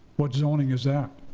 what zoning is that?